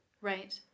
Right